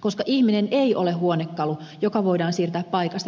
koska ihminen ei ole huonekalu joka voidaan siirtää paikasta toiseen